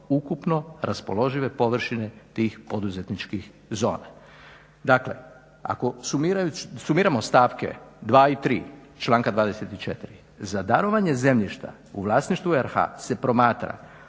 ukupno raspoložive površine tih poduzetničkih zona. Dakle, ako sumiramo stavke dva i tri članka 24. za darovanje zemljišta u vlasništvu RH se promatra